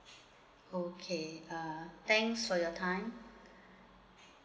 orh okay uh thanks for your time